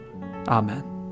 Amen